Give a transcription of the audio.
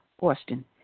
Austin